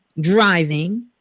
driving